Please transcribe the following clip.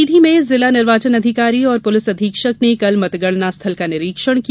सीधी में जिला निर्वाचन अधिकारी और पुलिस अधीक्षक ने कल मतगणना स्थल का निरीक्षण किया